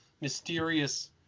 mysterious